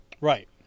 Right